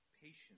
patience